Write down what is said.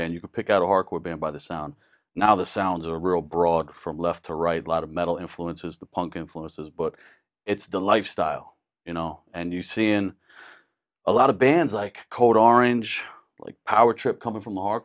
band you can pick out a hardcore band by the sound now the sounds are real broad from left to right lot of metal influences the punk influences but it's the lifestyle you know and you see in a lot of bands like code orange like our trip coming from our